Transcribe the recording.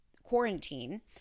quarantine